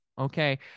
okay